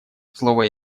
слово